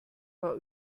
war